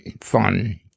fun